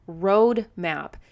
roadmap